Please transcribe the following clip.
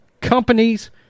companies